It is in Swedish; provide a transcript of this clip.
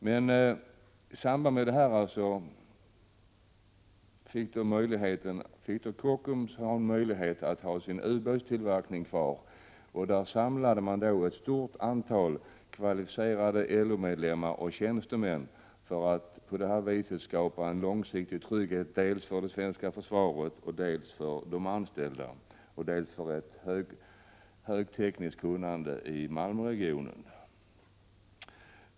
I samband med att den civila produktionen lades ned fick Kockums möjlighet att ha sin ubåtstillverkning kvar. Där samlade man ett stort antal kvalificerade LO-medlemmar och tjänstemän för att skapa en långsiktig trygghet dels för det svenska försvaret, dels för de anställda, och samtidigt för att behålla ett högt teknologiskt kunnande i Malmöregionen.